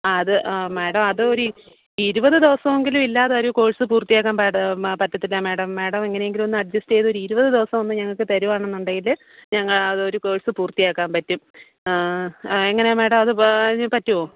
ആ അത് മേടം അത് ഒരു ഇരുപത് ദിവസമെങ്കിലും ഇല്ലാതൊരു കോഴ്സ് പൂർത്തിയാക്കാന് പറ്റ പറ്റത്തില്ല മേടം മേടം എങ്ങനെ എങ്കിലും ഒന്ന് അഡ്ജസ്റ്റ് ചെയ്ത് ഒരു ഇരുപത് ദിവസമൊന്ന് ഞങ്ങൾക്ക് തരികയാണെന്നുണ്ടെങ്കിൽ ഞങ്ങള് അത് ഒരു കോഴ്സ് പൂർത്തിയാക്കാന് പറ്റും ആ എങ്ങനെയാണ് മേടം അത് പാ അതിന് പറ്റുമോ